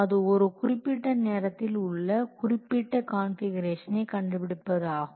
அது ஒரு குறிப்பிட்ட நேரத்தில் உள்ள ஒரு குறிப்பிட்ட கான்ஃபிகுரேஷனை கண்டுபிடிப்பது ஆகும்